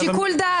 שיקול דעת.